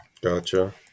Gotcha